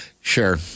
Sure